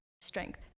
strength